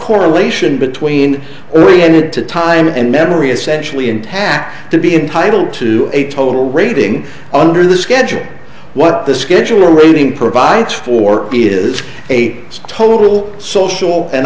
correlation between oriented to time and memory essentially intact to be entitled to a total rating under the schedule what the schedule rating provides for b is a total social and